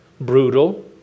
brutal